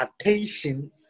attention